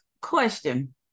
question